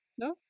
no